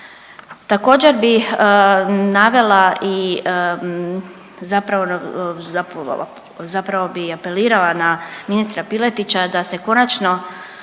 Također bi navela i zapravo bi apelirala na ministra Piletića da se konačno